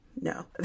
no